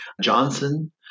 Johnson